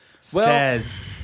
Says